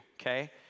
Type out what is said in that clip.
okay